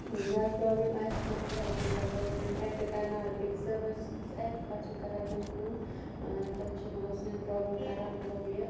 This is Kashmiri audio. زیاد پرابلم آسہِ تم چھِ اَسہِ مَطلَب کَنٹیٚکٹ کَرناوان بیٚکِس سروَرَس اَتھِ پَتہٕ چھِ کَران تِم کٲم تِم چھِ مَطلَب سٲنۍ پرابلِم کَران مَطلَب یہِ